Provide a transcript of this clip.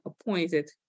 appointed